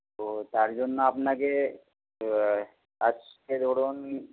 তো তার জন্য আপনাকে আজকে ধরুন